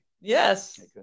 Yes